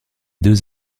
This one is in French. deux